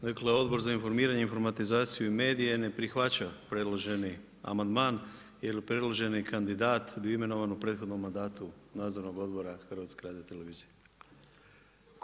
Dakle Odbor za informiranje, informatizaciju i medije ne prihvaća predloženi amandman jer predloženi kandidat bio imenovan u prethodnom mandatu Nadzornog odbora HRT-a.